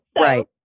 Right